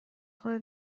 خودت